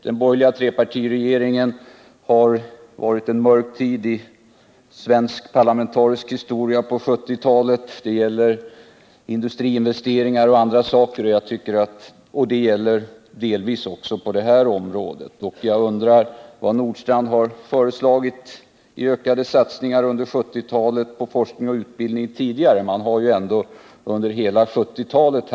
Den borgerliga trepartiregeringens tid har varit ett mörkt skede i svensk parlamentarisk historia under 1970-talet. Det gäller industriinvesteringar och andra saker, och det gäller delvis även detta område. Jag undrar vad Ove Nordstrandh har föreslagit i fråga om ökade satsningar på forskningens och utbildningens område tidigare under 1970-talet.